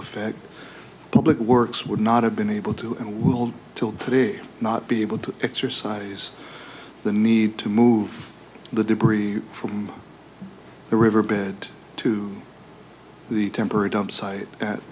effect public works would not have been able to and will till today not be able to exercise the need to move the debris from the riverbed to the temporary dump site at